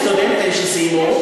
סטודנטים שסיימו,